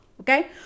Okay